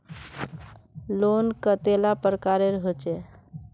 Loan कतेला प्रकारेर होचे?